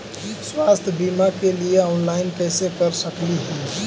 स्वास्थ्य बीमा के लिए ऑनलाइन कैसे कर सकली ही?